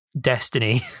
destiny